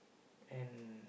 and